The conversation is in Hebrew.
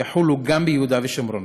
יחולו גם ביהודה ושומרון.